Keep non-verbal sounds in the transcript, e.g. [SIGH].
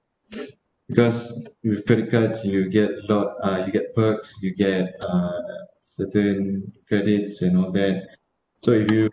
[BREATH] because with credit card you will get note ah you get perks you get uh certain credits and all that so if you